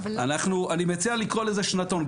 אני מציע לקרוא לזה שנתון.